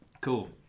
Cool